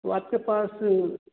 तो आपके पास